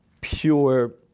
pure